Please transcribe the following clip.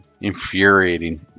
infuriating